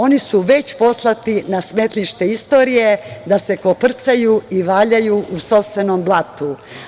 Oni su već poslati na smetlište istorije da se koprcaju i valjaju u sopstvenom blatu.